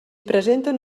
presenten